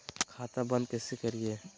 खाता बंद कैसे करिए?